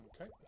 Okay